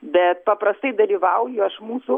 bet paprastai dalyvauju aš mūsų